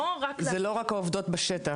אלו לא רק העובדות בשטח,